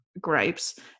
gripes